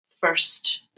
first